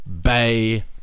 Bay